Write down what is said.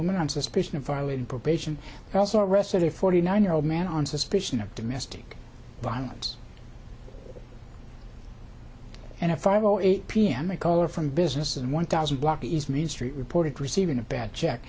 woman on suspicion of violating probation and also arrested a forty nine year old man on suspicion of domestic violence and a five zero eight pm a caller from business in one thousand block east main street reported receiving a bad check